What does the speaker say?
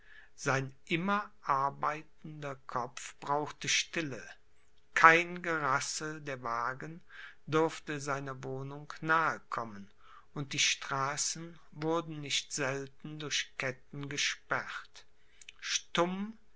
sein immer arbeitender kopf brauchte stille kein gerassel der wagen durfte seiner wohnung nahe kommen und die straßen wurden nicht selten durch ketten gesperrt stumm